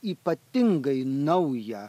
ypatingai nauja